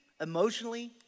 emotionally